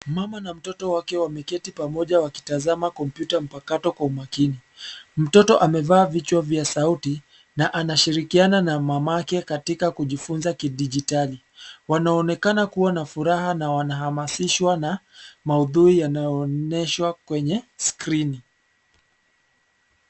Mama na mtoto wake wameketi pamoja wakitazama kompyuta mpakato kwa umakini. Mtoto amevaa vichwa vya sauti na anashirikiana na mamake katika kujifunza kidijitali. Wanaonekana kuwa na furaha na wanahamasishwa na maudhui yanayoonyeshwa kwenye skrini.